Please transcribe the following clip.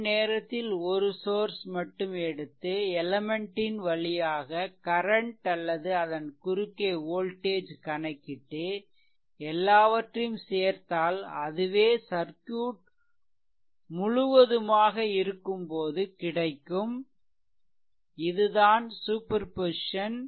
ஒரு நேரத்தில் ஒரு சோர்ஸ் மட்டும் எடுத்து எலெமென்ட் ன் வழியாக கரன்ட் அல்லது அதன் குறுக்கே வோல்டேஜ் கணக்கிட்டு எல்லாவற்றையும் சேர்த்தால் அதுவே சர்க்யூட் முழுவதுமாக எல்லாம் இருக்கும் போது கிடைக்கும் இதுதான் சூப்பர் பொசிசன்